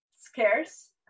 scarce